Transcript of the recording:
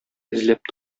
эзләп